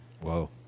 Whoa